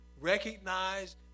recognize